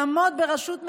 לעמוד בראשות ממשלה,